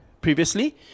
previously